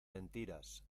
mentiras